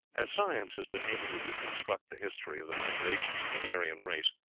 as science has been able to reconstruct the history of the migrations of the aryan race,